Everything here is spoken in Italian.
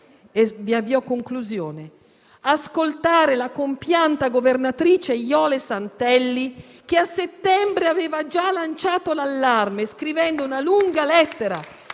ascoltare la compianta governatrice Jole Santelli, che a settembre aveva già lanciato l'allarme, scrivendo una lunga lettera